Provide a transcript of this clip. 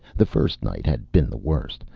the first night had been the worst.